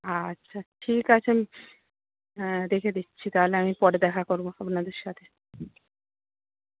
আচ্ছা ঠিক আছে হ্যাঁ রেখে দিচ্ছি তাহলে আমি পরে দেখা করব আপনাদের সাথে